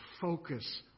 focus